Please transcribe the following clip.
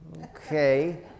Okay